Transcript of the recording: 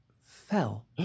fell